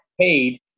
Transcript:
paid